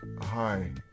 Hi